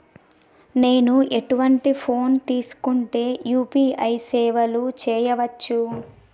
నేను ఎటువంటి ఫోన్ తీసుకుంటే యూ.పీ.ఐ సేవలు చేయవచ్చు?